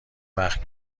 وقت